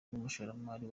n’umushoramari